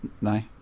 No